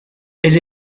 elle